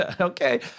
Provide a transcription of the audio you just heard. Okay